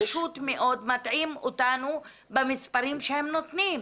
פשוט מאוד מטעים אותנו במספרים שהם נותנים.